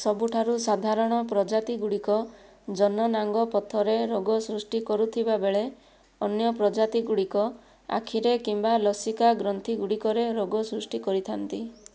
ସବୁଠାରୁ ସାଧାରଣ ପ୍ରଜାତିଗୁଡ଼ିକ ଜନନାଙ୍ଗ ପଥରେ ରୋଗ ସୃଷ୍ଟି କରୁଥିବାବେଳେ ଅନ୍ୟ ପ୍ରଜାତିଗୁଡ଼ିକ ଆଖିରେ କିମ୍ବା ଲସିକା ଗ୍ରନ୍ଥିଗୁଡ଼ିକରେ ରୋଗ ସୃଷ୍ଟି କରିଥାନ୍ତି